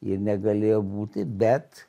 ir negalėjo būti bet